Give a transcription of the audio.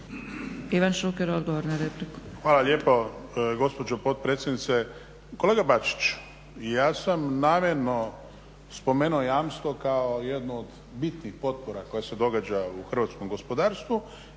Ivan Šuker odgovor na repliku. **Šuker, Ivan (HDZ)** Hvala lijepo gospođo potpredsjednice. Kolega Bačić, ja sam namjerno spomenuo jamstvo kao jednu od bitnih potpora koje se događa u hrvatskom gospodarstvu